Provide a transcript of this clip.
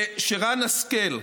שרָן השכל,